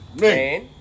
Man